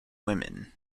women